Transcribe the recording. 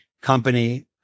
company